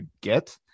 get